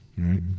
right